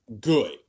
good